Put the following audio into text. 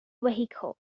vehicle